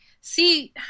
See